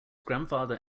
grandfather